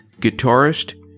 guitarist